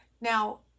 Now